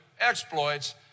exploits